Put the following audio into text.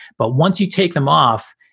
but once you take them off,